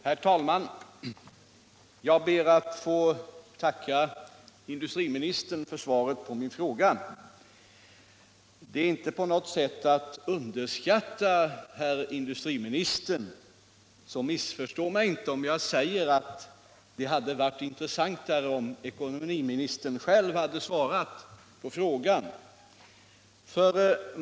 Herr talman! Jag ber att få tacka industriministern för svaret på min fråga. Det är inte på något sätt någon underskattning av herr industriministern — missförstå mig inte — om jag emellertid säger att det hade varit intressantare om ekonomiministern själv hade svarat på frågan.